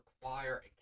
require